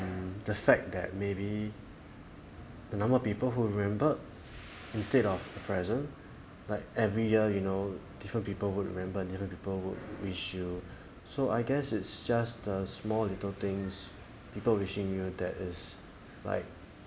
mm the fact that maybe the number of people who remembered instead of the present like every year you know different people will remember different people would wish you so I guess it's just the small little things people wishing you that is like